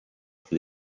for